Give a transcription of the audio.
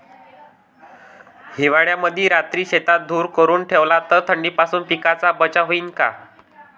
हिवाळ्यामंदी रात्री शेतात धुर करून ठेवला तर थंडीपासून पिकाचा बचाव होईन का?